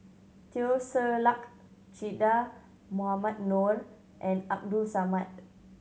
Teo Ser Luck Che Dah Mohamed Noor and Abdul Samad